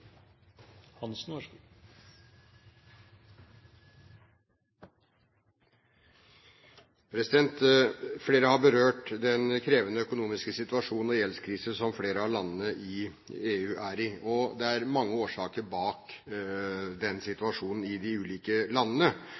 Flere har berørt den krevende økonomiske situasjonen og gjeldskrisen som flere av landene i EU er i. Det er mange årsaker til situasjonen i de ulike landene,